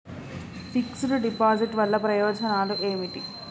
Fix డ్ deposit వల్ల ప్రయోజనాలు ఏమిటి?